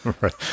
Right